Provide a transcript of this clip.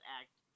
act